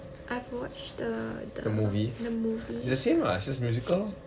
I've watched the the the movie